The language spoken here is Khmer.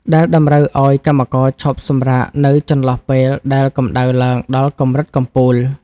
ដែលតម្រូវឱ្យកម្មករឈប់សម្រាកនៅចន្លោះពេលដែលកម្ដៅឡើងដល់កម្រិតកំពូល។